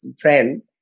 friend